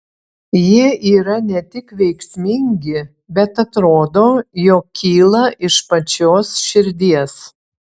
jie yra ne tik veiksmingi bet atrodo jog kyla iš pačios širdies